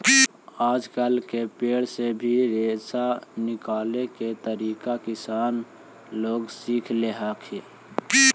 आजकल केला के पेड़ से भी रेशा निकाले के तरकीब किसान लोग सीख रहल हथिन